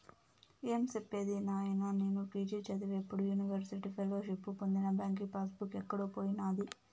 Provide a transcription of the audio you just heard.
ఏం సెప్పేది నాయినా, నేను పి.జి చదివేప్పుడు యూనివర్సిటీ ఫెలోషిప్పు పొందిన బాంకీ పాస్ బుక్ ఎక్కడో పోయినాది